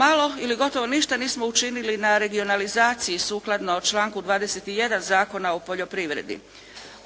Malo ili gotovo ništa nismo učinili na regionalizaciji sukladno članku 21. Zakona o poljoprivredi.